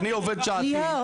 ליאור,